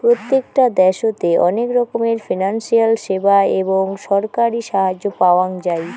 প্রত্যেকটা দ্যাশোতে অনেক রকমের ফিনান্সিয়াল সেবা এবং ছরকারি সাহায্য পাওয়াঙ যাই